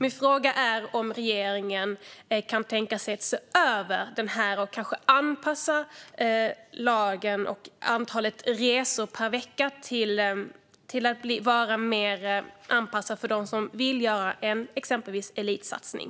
Kan regeringen tänka sig se över detta och eventuellt ändra lagen och antalet resor per vecka så att det blir mer anpassat till dem som exempelvis vill göra en elitsatsning?